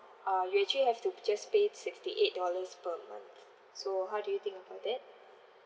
uh you actually have to just pay sixty eight per month so how do you think about that